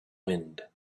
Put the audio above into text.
wind